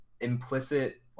implicit